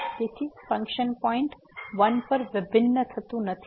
તેથી function point 1 પર વિભિન્ન નથી